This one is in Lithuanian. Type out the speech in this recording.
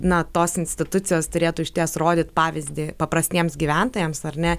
na tos institucijos turėtų išties rodyt pavyzdį paprastiems gyventojams ar ne